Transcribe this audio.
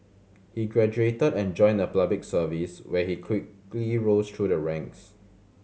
he graduated and joined the Public Service where he quickly rose through the ranks